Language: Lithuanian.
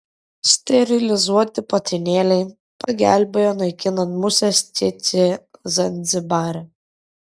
sterilizuoti patinėliai pagelbėjo naikinant muses cėcė zanzibare